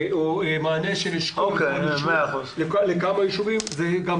מענה של אשכול לכמה ישובים הוא מענה